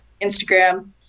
Instagram